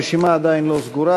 הרשימה עדיין לא סגורה.